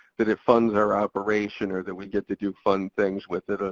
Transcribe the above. that it funds our operation, or that we get to do fun things with it. ah